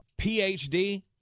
phd